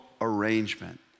arrangement